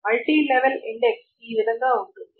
multi level index ఈ విధం గా ఉంటుంది